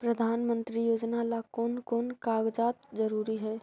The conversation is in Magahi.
प्रधानमंत्री योजना ला कोन कोन कागजात जरूरी है?